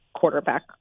quarterback